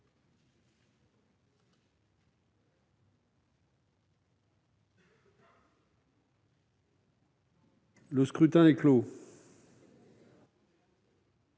Le scrutin est clos.